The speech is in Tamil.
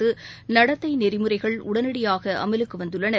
மாதிரி நடத்தை நெறிமுறைகள் உடனடியாக அமலுக்கு வந்துள்ளன